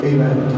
Amen